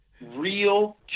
real